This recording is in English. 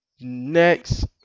next